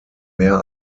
mehr